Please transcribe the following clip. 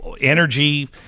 energy